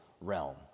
realm